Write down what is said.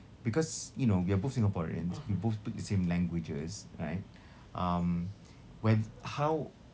because you know we are both singaporeans we both speak the same languages right um wheth~ how